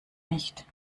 nicht